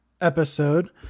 episode